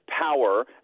power